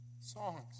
songs